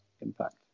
impact